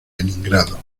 leningrado